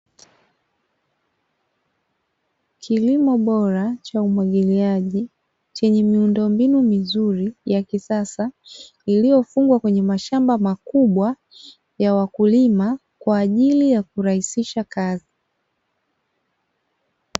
Kilimo bora cha umwagiliaji chenye miundombinu mizuri ya kisasa, iliyofungwa kwenye mashamba makubwa ya wakulima kwa ajili ya kurahisisha kazi.